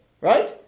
right